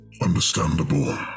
Understandable